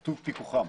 כתוב: פיקוחם.